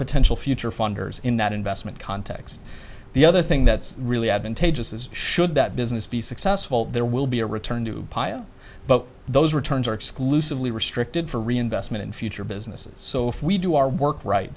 potential future funders in that investment context the other thing that's really advantageous is should that business be successful there will be a return to but those returns are exclusively restricted for reinvestment in future businesses so if we do our work right